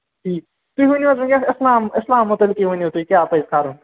ٹھیٖک تُہۍ ؤنِو حظ وَن یَتھ اِسلام اِسلام مَتعلِق ؤنِو تُہۍ کیاہ پَزِ کَرُن